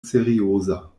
serioza